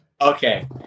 Okay